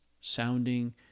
sounding